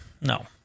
no